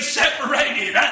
separated